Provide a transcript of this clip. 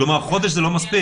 כלומר חודש זה לא מספיק.